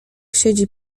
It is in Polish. siedzi